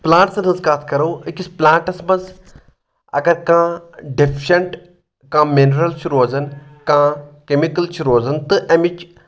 پٔلانٹسن ہٕنٛز کتھ کرو أکِس پٕلانٹس منٛز اگر کانٛہہ ڈیفشنٹ کانٛہہ مِنرل چھُ روزان کانٛہہ کیمِکل چھِ روزان تہٕ امِچ